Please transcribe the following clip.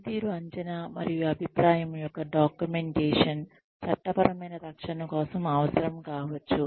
పనితీరు అంచనా మరియు అభిప్రాయం యొక్క డాక్యుమెంటేషన్ చట్టపరమైన రక్షణ కోసం అవసరం కావచ్చు